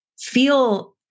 feel